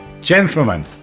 gentlemen